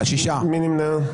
מי נמנע?